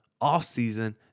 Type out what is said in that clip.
offseason